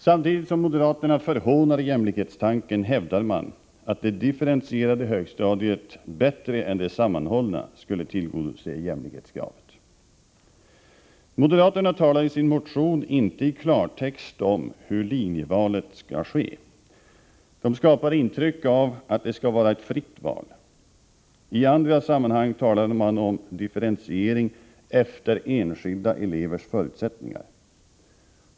Samtidigt som moderaterna förhånar jämlikhetstanken hävdar de att det differentierade högstadiet bättre än det sammanhållna skulle tillgodose jämlikhetskravet. Moderaterna talar i sin motion inte i klartext om hur linjevalet skall ske. Det skapar ett intryck av att det skall vara ett fritt val. I andra sammanhang talar de om differentiering efter enskilda elevers förutsättningar.